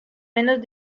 menos